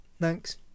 Thanks